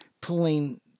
pulling